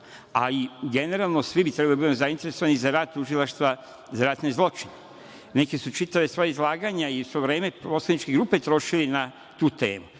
a i generalno svi bi trebalo da budemo zainteresovani za rad Tužilaštva za ratne zločine, neki su čitali svoja izlaganja i sve vreme poslaničke grupe trošili na tu temu.